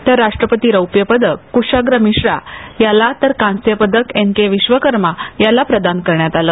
तर राष्ट्रपती रौप्य पदक कुशाग्र मिश्रा याला तर कांस्य पदक एन के विश्वकर्मा याला प्रदान करण्यात आलं